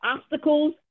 obstacles